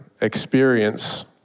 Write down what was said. experience